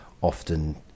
often